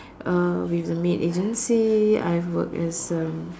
uh with a maid agency I've worked as um